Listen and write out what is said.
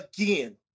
again